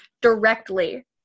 directly